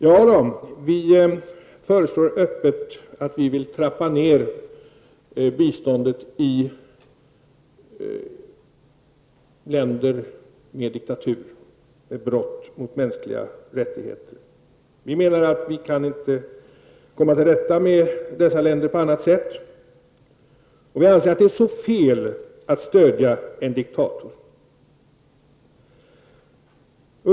Ja, vi föreslår öppet en nedtrappning av biståndet när det gäller länder med diktatur, länder där brott begås mot de mänskliga rättigheterna. Vi menar att det inte går att komma till rätta med sådana länder på något annat sätt. Vidare anser vi att det verkligen är fel att stödja en diktator.